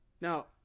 Now